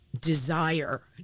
desire